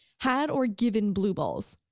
had, or given blue balls.